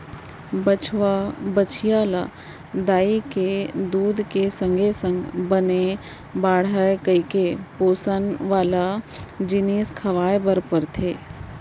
बछवा, बछिया ल दाई के दूद के संगे संग बने बाढ़य कइके पोसन वाला जिनिस खवाए बर परथे